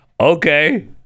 okay